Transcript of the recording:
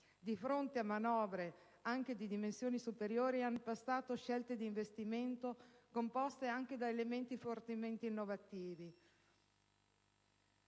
di fronte a manovre anche di dimensioni superiori hanno impostato scelte di investimento composte da elementi fortemente innovativi.